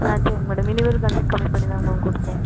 ஆ சரிங்க மேடம் இனிமேல் கண்டிப் கம்மி பண்ணிதாங்க மேம் கொடுப்போம்